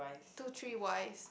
two three wise